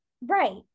Right